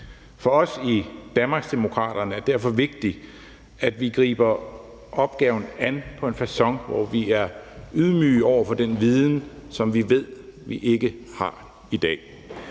For os i Danmarksdemokraterne er det derfor vigtigt, at vi griber opgaven an på en facon, hvor vi er ydmyge over for den viden, som vi ved vi ikke har i dag,